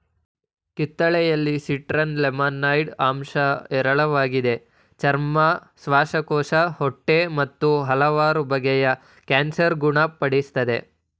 ಕಿತ್ತಳೆಯಲ್ಲಿ citrus limonoid ಅಂಶ ಹೇರಳವಾಗಿದೆ ಚರ್ಮ ಶ್ವಾಸಕೋಶ ಹೊಟ್ಟೆ ಮತ್ತು ಹಲವಾರು ಬಗೆಯ ಕ್ಯಾನ್ಸರ್ ಗುಣ ಪಡಿಸ್ತದೆ